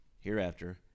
hereafter